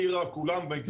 טירה וכולם.